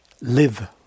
live